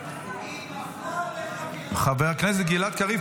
היא נפלה עליך --- חבר הכנסת גלעד קריב,